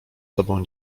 tobą